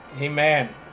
Amen